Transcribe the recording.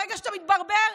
ברגע שאתה מתברבר,